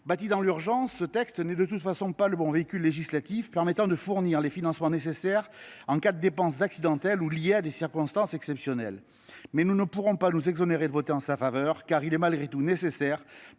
dans l’urgence, ce texte n’est de toute façon pas le bon véhicule législatif, qui permettrait d’apporter les financements nécessaires en cas de dépenses accidentelles ou liées à des circonstances exceptionnelles. Mais nous ne pouvons pas nous exonérer de voter en sa faveur, car il est malgré tout nécessaire